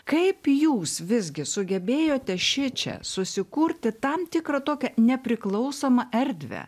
kaip jūs visgi sugebėjote šičia susikurti tam tikrą tokią nepriklausomą erdvę